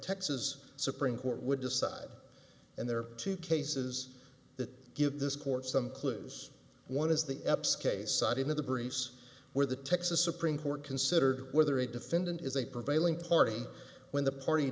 texas supreme court would decide and there are two cases that give this court some clues one is the eps case cited in the briefs where the texas supreme court considers whether a defendant is a prevailing party when the party